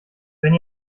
wenn